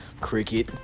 cricket